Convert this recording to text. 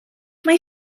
mae